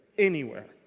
anywhere.